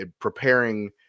preparing